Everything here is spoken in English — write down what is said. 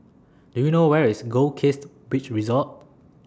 Do YOU know Where IS Goldkist Beach Resort